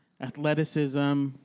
athleticism